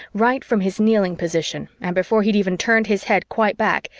right from his kneeling position and before he'd even turned his head quite back,